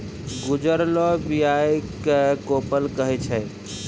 गजुरलो बीया क कोपल कहै छै